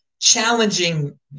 challenging